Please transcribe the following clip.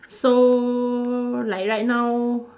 so like right now